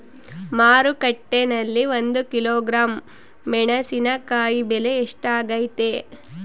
ಮಾರುಕಟ್ಟೆನಲ್ಲಿ ಒಂದು ಕಿಲೋಗ್ರಾಂ ಮೆಣಸಿನಕಾಯಿ ಬೆಲೆ ಎಷ್ಟಾಗೈತೆ?